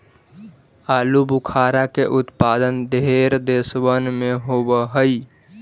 आलूबुखारा के उत्पादन ढेर देशबन में होब हई